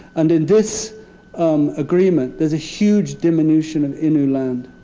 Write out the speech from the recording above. and in this um agreement there's a huge diminution of innu land.